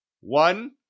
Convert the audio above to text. One